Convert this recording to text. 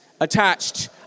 attached